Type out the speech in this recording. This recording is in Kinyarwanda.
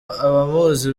abamuzi